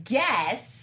guess